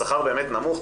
השכר באמת נמוך,